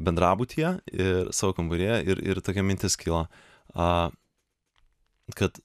bendrabutyje ir savo kambaryje ir ir tokia mintis kilo a kad